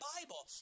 Bible